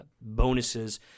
bonuses